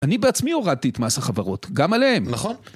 אני בעצמי הורדתי את מס חברות, גם עליהן. נכון.